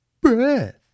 breath